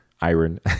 iron